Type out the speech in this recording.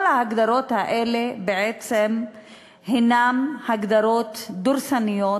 כל ההגדרות האלה הן בעצם הגדרות דורסניות,